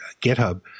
GitHub